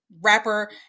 rapper